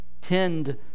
tend